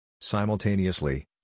Simultaneously